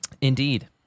Indeed